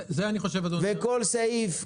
כל סעיף,